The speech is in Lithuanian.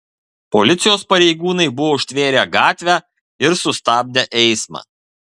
policijos pareigūnai buvo užtvėrę gatvę ir sustabdę eismą